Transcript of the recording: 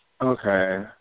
Okay